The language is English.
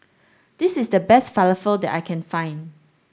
this is the best Falafel that I can find